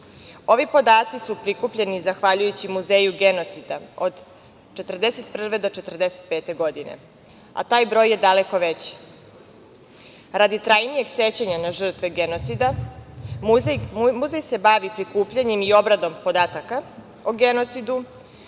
Ovi podaci su prikupljeni zahvaljujući Muzeju genocida od 1941. do 1945. godine, a taj broj je daleko veći. Radi trajnijeg sećanja na žrtve genocida, muzej se bavi prikupljanjem i obradom podataka o genocidu,